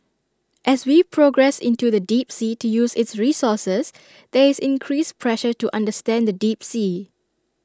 as we progress into the deep sea to use its resources there is increased pressure to understand the deep sea